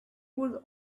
would